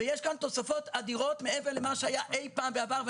יש כאן תוספות אדירות מעבר למה שהיה אי פעם בעבר.